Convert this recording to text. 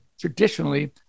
traditionally